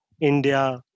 India